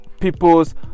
people's